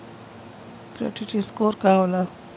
Credit score का होला?